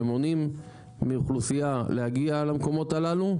שמונעים מאוכלוסייה להגיע למקומות הללו,